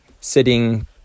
sitting